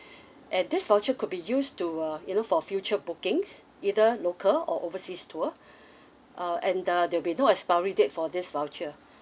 and this voucher could be used to uh you know for future bookings either local or overseas tour uh and uh there will be no expiry date for this voucher